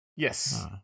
Yes